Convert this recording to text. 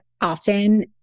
often